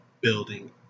building